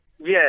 Yes